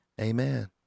Amen